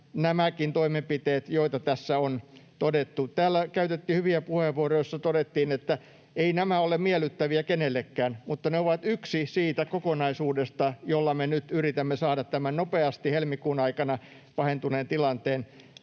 nämäkin toimenpiteet, joita tässä on todettu. Täällä käytettiin hyviä puheenvuoroja, joissa todettiin, että eivät nämä ole miellyttäviä kenellekään mutta ne ovat yksi siitä kokonaisuudesta, jolla me nyt yritämme saada tämän nopeasti helmikuun aikana pahentuneen tilanteen